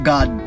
God